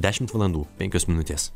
dešimt valandų penkios minutės